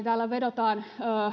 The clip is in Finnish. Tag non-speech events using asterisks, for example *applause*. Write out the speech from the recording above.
*unintelligible* täällä vedotaan